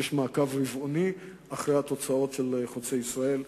יש מעקב רבעוני אחר ההוצאות של "חוצה ישראל",